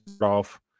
off